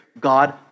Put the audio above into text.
God